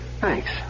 Thanks